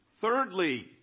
Thirdly